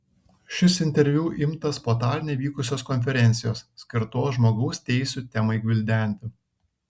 šis interviu imtas po taline vykusios konferencijos skirtos žmogaus teisių temai gvildenti